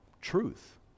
truth